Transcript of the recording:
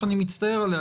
שאני מצטער עליה,